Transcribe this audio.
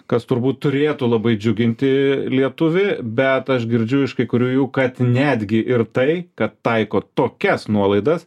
kas turbūt turėtų labai džiuginti lietuvį bet aš girdžiu iš kai kurių jų kad netgi ir tai kad taiko tokias nuolaidas